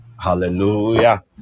Hallelujah